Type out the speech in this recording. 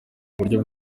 uburyo